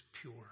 pure